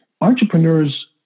entrepreneurs